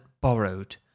borrowed